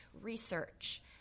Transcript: research